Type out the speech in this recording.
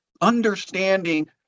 understanding